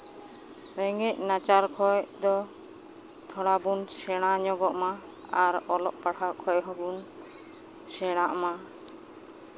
ᱨᱮᱸᱜᱮᱡ ᱱᱟᱪᱟᱨ ᱠᱷᱚᱡ ᱫᱚ ᱛᱷᱚᱲᱟ ᱵᱚᱱ ᱥᱮᱬᱟ ᱧᱚᱜᱚᱜ ᱢᱟ ᱟᱨ ᱚᱞᱚᱜ ᱯᱟᱲᱦᱟᱜ ᱠᱷᱚᱡ ᱦᱚᱸᱵᱚᱱ ᱥᱮᱬᱟᱜ ᱢᱟ